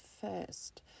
first